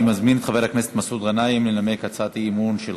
אני מזמין את חבר הכנסת מסעוד גנאים לנמק הצעת אי-אמון של